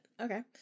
okay